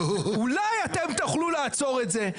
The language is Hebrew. אולי אתם תוכלו לעצור את זה?